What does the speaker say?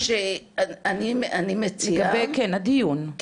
לגבי הדיון, דעתך.